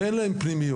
ואין להן פנימיות.